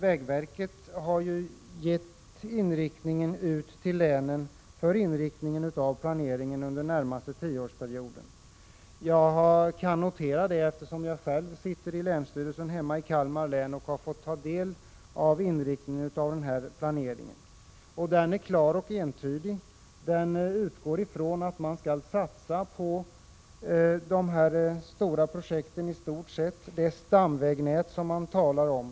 Vägverket har gett anvisningar till länen för inriktningen av planeringen under den närmaste tioårsperioden. Jag kan notera detta, eftersom jag själv sitter i länsstyrelsen hemma i Kalmar län och har fått ta del av denna planeringsinriktning. Den är klar och entydig och utgår från att man i stort — Prot. 1986/87:49 sett skall satsa på de stora projekten. Det är ett stamvägnät man talar om.